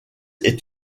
est